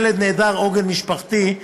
"ילד נעדר עוגן משפחתי",